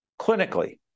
clinically